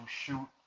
shoot